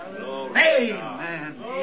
Amen